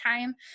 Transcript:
time